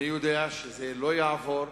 אני יודע שזה לא יעבור.